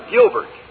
Gilbert